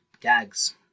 gags